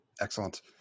Excellent